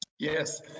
Yes